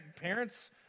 parent's